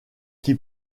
qui